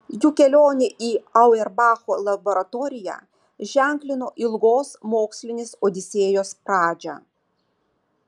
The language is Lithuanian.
jų kelionė į auerbacho laboratoriją ženklino ilgos mokslinės odisėjos pradžią